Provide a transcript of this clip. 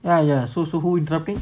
ya ya so so who who interrupting